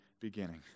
beginning